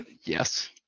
Yes